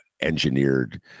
engineered